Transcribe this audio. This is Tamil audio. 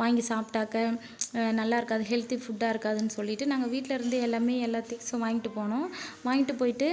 வாங்கி சாப்பிட்டாக்க நல்லா இருக்காது ஹெல்தி ஃபுட்டாக இருக்காது சொல்லிவிட்டு நாங்கள் வீட்டில் இருந்தே எல்லாமே எல்லா திங்க்ஸும் வாங்கிட்டு போனோம் வாங்கிட்டு போயிட்டு